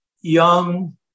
young